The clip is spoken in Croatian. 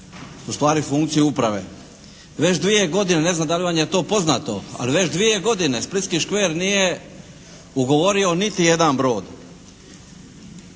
u stvari funkciju uprave. Već dvije godine, ne znam da li vam je to poznato, ali već dvije godine splitski škver nije ugovorio niti jedan brod.